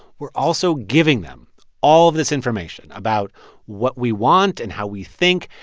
we're also giving them all of this information about what we want and how we think.